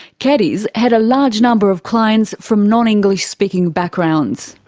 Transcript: keddies had a large number of clients from non-english-speaking backgrounds.